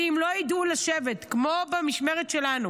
ואם לא ידעו לשבת, כמו במשמרת שלנו,